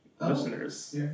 listeners